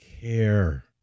care